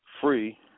free